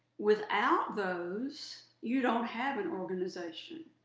without those, you don't have an organization.